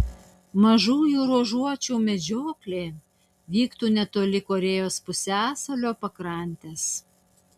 mažųjų ruožuočių medžioklė vyktų netoli korėjos pusiasalio pakrantės